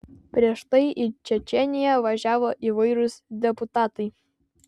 prieš tai į čečėniją važiavo įvairūs deputatai